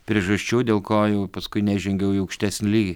priežasčių dėl ko jau paskui nežengiau jau į aukštesnį lygį